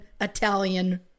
Italian